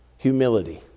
Humility